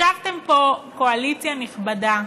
ישבתם פה, קואליציה נכבדה,